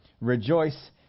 Rejoice